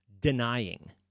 denying